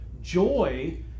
joy